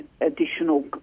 additional